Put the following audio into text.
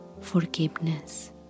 forgiveness